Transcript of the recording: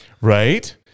Right